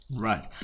Right